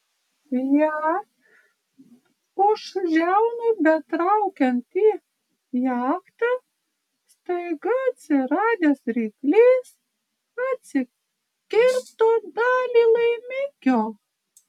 ją už žiaunų betraukiant į jachtą staiga atsiradęs ryklys atsikirto dalį laimikio